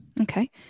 Okay